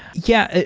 yeah.